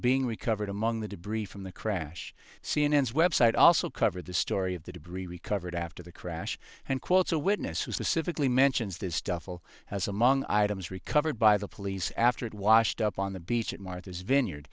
being recovered among the debris from the crash cnn's website also covered the story of the debris recovered after the crash and quotes a witness who specifically mentions this stuff will has among items recovered by the police after it washed up on the beach at martha's vineyard